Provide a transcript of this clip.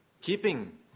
keeping